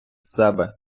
себе